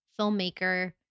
filmmaker